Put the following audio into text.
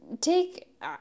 take